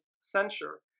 censure